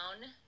down